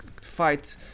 fight